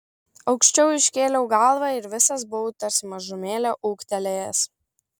aukščiau iškėliau galvą ir visas buvau tarsi mažumėlę ūgtelėjęs